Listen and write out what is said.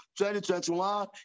2021